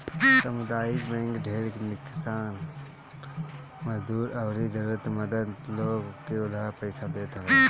सामुदायिक बैंक ढेर किसान, गरीब मजदूर अउरी जरुरत मंद लोग के उधार पईसा देत हवे